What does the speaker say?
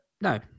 no